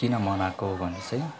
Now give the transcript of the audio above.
किन मनाएको हो भन्दा चाहिँ